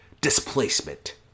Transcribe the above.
displacement